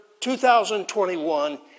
2021